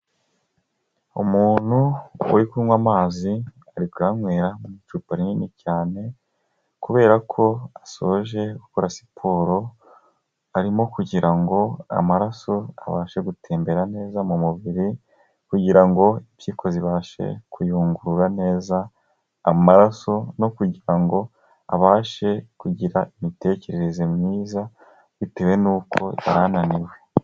Umuntu uri kunywa amazi ari kunywera mu icupa rinini cyane, kubera ko asoje gukora siporo, arimo kugira ngo amaraso abashe gutembera neza mu mubiri, kugira ngo impyiko zibashe kuyungurura neza amaraso, no kugira ngo abashe kugira imitekerereze myiza bitewe n'uko yarananiwe.